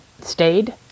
stayed